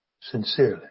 sincerely